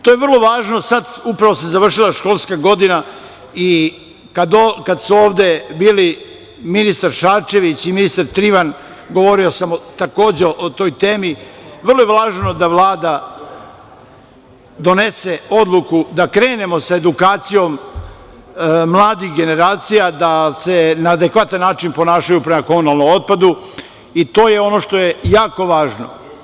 To je vrlo važno sad, upravo se završava školska godina i kad su ovde bili ministar Šarčević i ministar Trivan govorio sam takođe o toj temi, vrlo je važno da Vlada donese odluku da krenemo sa edukacijom mladih generacija da se na adekvatan način ponašaju prema komunalnom otpadu i to je ono što je jako važno.